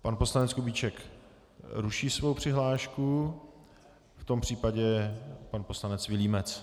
Pan poslanec Kubíček ruší svou přihlášku, v tom případě pan poslanec Vilímec.